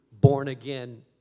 born-again